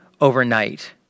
overnight